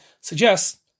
suggests